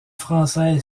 française